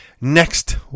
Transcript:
next